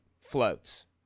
floats